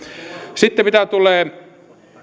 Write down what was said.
sitten mitä tulee